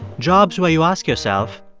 jobs where you ask yourself,